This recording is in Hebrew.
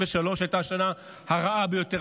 שנת 2023 הייתה השנה הרעה ביותר,